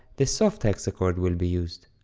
the soft hexachord will be used.